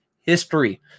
history